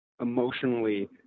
emotionally